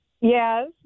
Yes